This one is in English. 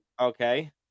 Okay